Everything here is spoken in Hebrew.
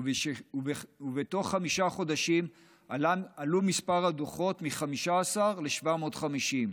ובתוך חמישה חודשים עלה מספר הדוחות מ-15 ל-750,